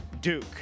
Duke